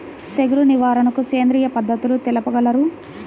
తెగులు నివారణకు సేంద్రియ పద్ధతులు తెలుపగలరు?